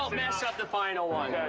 mess up the final one. ah